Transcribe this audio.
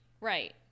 Right